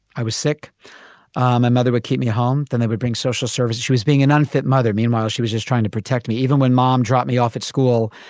i was sick ah my mother would keep me home. then i would bring social service. she was being an unfit mother. meanwhile, she was just trying to protect me. even when mom dropped me off at school,